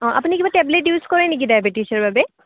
অঁ আপুনি কিবা টেবলেট ইউজ কৰে নেকি ডাইবেটিকছৰ কাৰণে